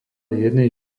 jednej